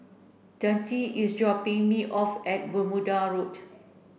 Dante is dropping me off at Bermuda Road